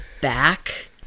back